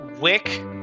Wick